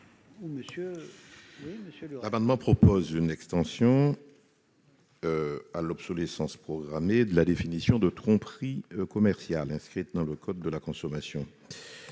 L'amendement a pour objet d'étendre à l'obsolescence programmée la définition de la tromperie commerciale inscrite dans le code de la consommation,